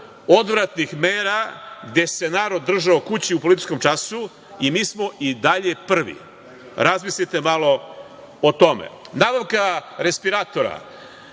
odvratnih mera, gde se narod držao kući u policijskom času i mi smo i dalje prvi. Razmislite malo o tome. Nabavka respiratora.